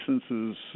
licenses